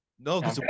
No